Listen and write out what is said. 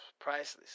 Priceless